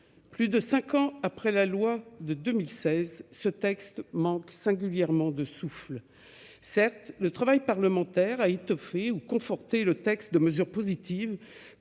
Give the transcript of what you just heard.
relative à la protection de l'enfant, ce texte manque singulièrement de souffle. Certes, le travail parlementaire a étoffé ou conforté le texte de mesures positives